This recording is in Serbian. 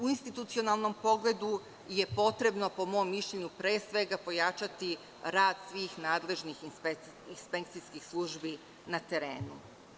U institucionalnom pogledu potrebno je po mom mišljenju pre svega pojačati rad svih nadležnih inspekcijskih službi na terenu.